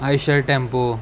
Eicher tempo